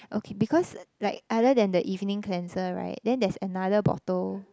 okay because like other than the evening cleanser right then there's another bottle